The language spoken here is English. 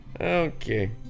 Okay